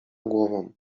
głową